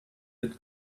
with